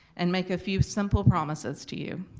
and make a few simple promises to you.